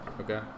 Okay